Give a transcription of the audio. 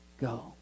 go